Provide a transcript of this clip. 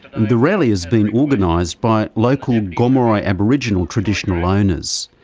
the rally has been organised by local gomeroi aboriginal traditional owners.